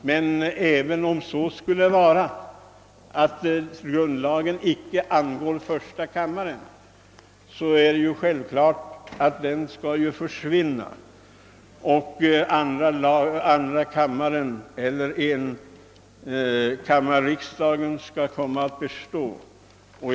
Men även om så skulle vara att grundlagen icke angår första kammaren så skall ju denna försvinna och en enkammarriksdag komma att bestå.